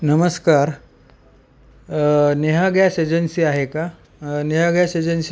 नमस्कार Neha gas agency आहे का नेहा गॅस एजन्सी